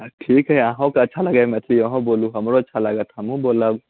आ ठीक हय अहुँकेँ अच्छा लगैया मैथिली अहूँ बोलू हमरो अच्छा लागत हमहुँ बोलब